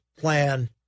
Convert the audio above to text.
plan